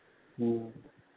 हाँ